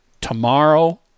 tomorrow